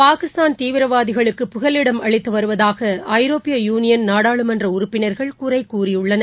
பாகிஸ்தான் தீவிரவாதிகளுக்கு புகலிடம் அளித்து வருவதாக ஐரோப்பிய யுனியன் நாடாளுமன்ற உறுப்பினர்கள் குறை கூறியுள்ளனர்